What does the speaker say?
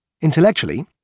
Intellectually